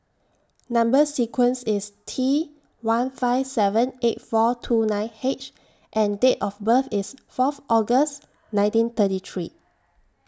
Number sequence IS T one five seven eight four two nine H and Date of birth IS Fourth August nineteen thirty three